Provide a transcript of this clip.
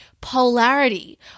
polarity